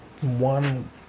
one